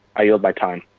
i yield my time.